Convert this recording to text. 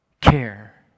care